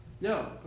No